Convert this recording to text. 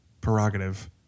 prerogative